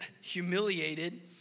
humiliated